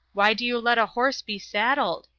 why do you let a horse be saddled?